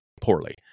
poorly